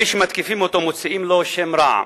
אלה שמתקיפים אותו מוציאים לו שם רע,